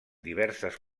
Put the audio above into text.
diverses